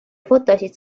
fotosid